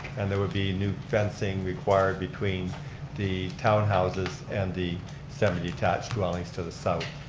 and there would be new fencing required between the townhouses and the seven detached dwellings to the south.